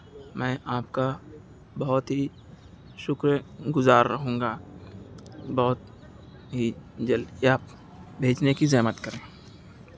میں آپ کا بہت ہی شُکر گُزار رہوں گا بہت ہی جلدی آپ بھیجنے کی زحمت کریں